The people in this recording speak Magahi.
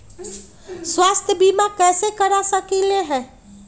स्वाथ्य बीमा कैसे करा सकीले है?